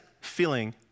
feeling